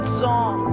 song